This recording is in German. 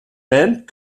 band